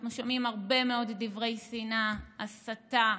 אנחנו שומעים הרבה מאוד דברי שנאה, הסתה,